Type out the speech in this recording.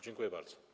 Dziękuję bardzo.